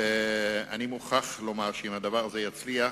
אני מוכרח לומר שאם הדבר הזה יצליח,